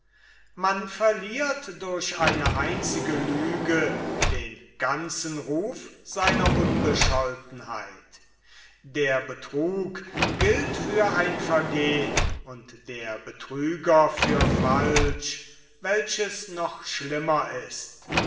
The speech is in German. man verliert durch eine einzige lüge den ganzen ruf seiner unbescholtenheit der betrug gilt für ein vergehn und der betrüger für falsch welches noch schlimmer ist